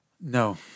No